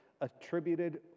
attributed